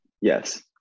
Yes